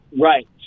Right